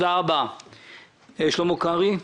שלמה קרעי,